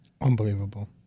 Unbelievable